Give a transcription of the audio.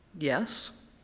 yes